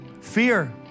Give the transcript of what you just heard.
Fear